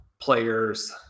players